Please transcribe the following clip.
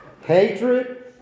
Hatred